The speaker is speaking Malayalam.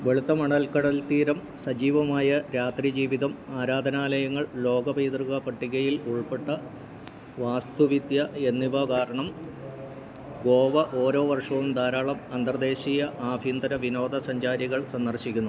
വെളുത്ത മണൽ കടൽത്തീരം സജീവമായ രാത്രി ജീവിതം ആരാധനാലയങ്ങൾ ലോക പൈതൃക പട്ടികയിൽ ഉൾപ്പെട്ട വാസ്തുവിദ്യ എന്നിവ കാരണം ഗോവ ഓരോ വർഷവും ധാരാളം അന്തർദ്ദേശീയ ആഫ്യന്തര വിനോദ സഞ്ചാരികൾ സന്ദർശിക്കുന്നു